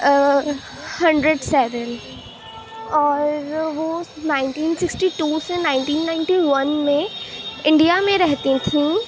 اور hundred seven اور وہ نائنٹین سکسٹی ٹو سے نائنٹی نائنٹی ون میں انڈیا میں رہتی تھیں